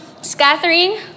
scattering